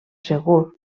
segur